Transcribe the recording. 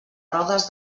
rodes